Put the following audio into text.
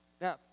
Now